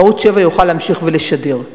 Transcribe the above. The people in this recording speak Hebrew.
שערוץ-7 יוכל להמשיך ולשדר.